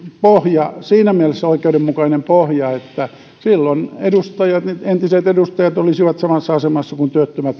siinä mielessä oikeudenmukainen pohja että silloin entiset edustajat olisivat samassa asemassa kuin